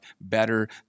better